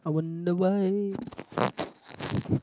I wonder why